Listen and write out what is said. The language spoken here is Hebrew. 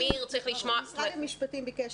משרד המשפטים ביקש